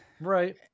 Right